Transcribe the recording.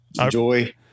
enjoy